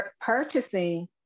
purchasing